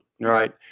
Right